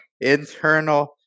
internal